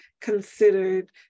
considered